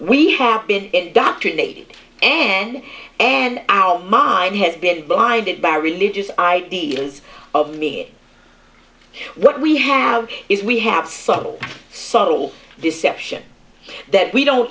we have been indoctrinated and and our mind has been blinded by religious ideals of me what we have is we have subtle subtle deception that we don't